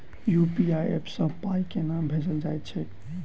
UPI app सँ पाई केना भेजल जाइत छैक?